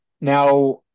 Now